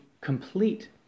complete